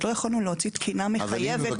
לא יכולנו להוציא תקינה מחיבת.